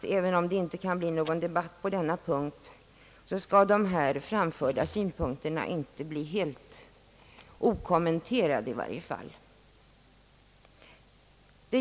ty även om det inte kan bli någon debatt på denna punkt bör de här framförda synpunkterna inte bli helt förbigångna.